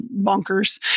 bonkers